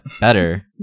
better